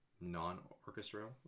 non-orchestral